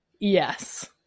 Yes